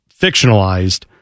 fictionalized